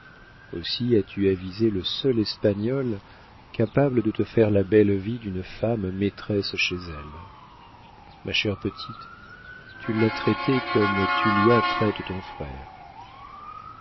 aussi as-tu avisé le seul espagnol capable de te faire la belle vie d'une femme maîtresse chez elle ma chère petite tu l'as traité comme tullia traite ton frère